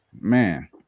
man